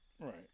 Right